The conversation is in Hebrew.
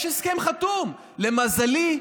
יש הסכם חתום, למזלי.